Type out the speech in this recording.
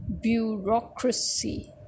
bureaucracy